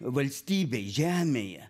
valstybėj žemėje